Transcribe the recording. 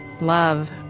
Love